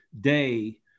day